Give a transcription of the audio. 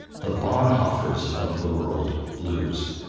the bonhoeffers of the world lose